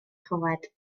choed